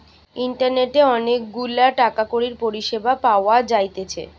ইন্টারনেটে অনেক গুলা টাকা কড়ির পরিষেবা পাওয়া যাইতেছে